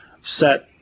set